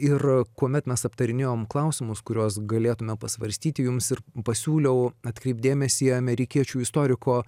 ir kuomet mes aptarinėjom klausimus kuriuos galėtume pasvarstyti jums ir pasiūliau atkreipti dėmesį į amerikiečių istoriko